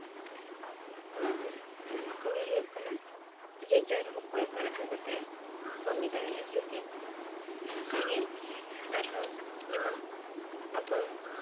ᱱᱚᱜᱼᱚᱭ ᱱᱚᱣᱟ ᱠᱚᱜᱮ ᱦᱩᱭᱩᱜ ᱠᱟᱱᱟ ᱡᱮᱡᱟᱨ ᱚᱠᱚᱭ ᱚᱠᱟ ᱞᱮᱠᱟ ᱠᱟᱛᱮᱜᱼᱮ ᱠᱟᱹᱢᱤ ᱫᱟᱲᱮᱭᱟᱜᱼᱟ ᱥᱮᱪᱮᱫ ᱱᱚᱝᱠᱟ ᱜᱮ ᱟᱨᱦᱚᱸ ᱡᱮᱢᱚᱱ ᱟᱵᱚ